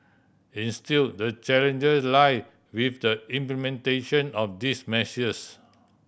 instill the challenges lie with the implementation of these measures